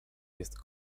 jest